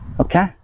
Okay